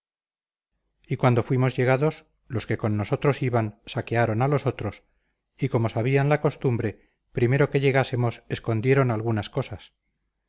y cuando fuimos llegados los que con nosotros iban saquearon a los otros y como sabían la costumbre primero que llegásemos escondieron algunas cosas